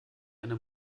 eine